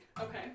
Okay